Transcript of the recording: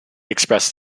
expressed